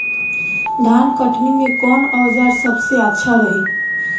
धान कटनी मे कौन औज़ार सबसे अच्छा रही?